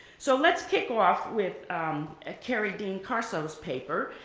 so let's kick off with kerry dean carso's paper,